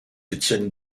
étienne